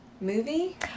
movie